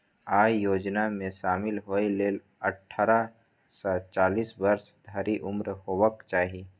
अय योजना मे शामिल होइ लेल अट्ठारह सं चालीस वर्ष धरि उम्र हेबाक चाही